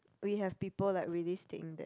we have people like really stayed in that